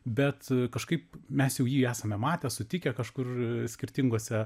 bet kažkaip mes jau jį esame matę sutikę kažkur skirtinguose